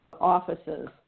offices